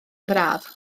braf